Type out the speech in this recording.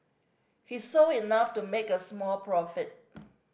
he sold enough to make a small profit